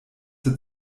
der